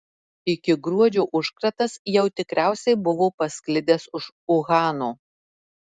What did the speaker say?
iki gruodžio užkratas jau tikriausiai buvo pasklidęs už uhano